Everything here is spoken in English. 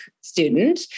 student